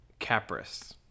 capris